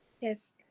Yes